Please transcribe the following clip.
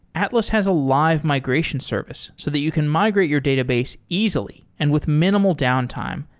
atlas has a live migration service so that you can migrate your database easily and with minimal downtime,